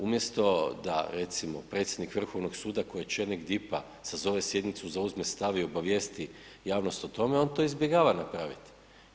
Umjesto da recimo predsjednik Vrhovnog suda koji je čelnik DIP-a sazove sjednicu, zauzme stav i obavijesti javnost o tome on to izbjegava napraviti.